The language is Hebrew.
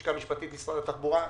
הלשכה המשפטית, משרד התחבורה,